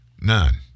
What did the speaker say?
None